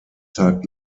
tag